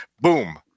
boom